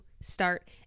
start